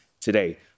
today